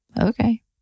okay